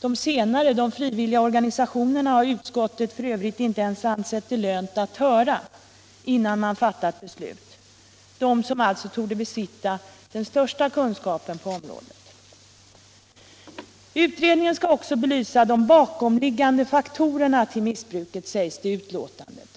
De frivilliga organisationerna, som alltså torde besitta den största kunskapen på området, har utskottet f. ö. inte ens ansett det lönt att höra innan man fattat beslut. Utredningen skall också belysa de bakomliggande faktorerna till missbruket, sägs det i betänkandet.